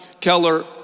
Keller